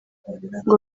ngo